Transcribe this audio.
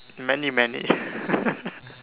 many many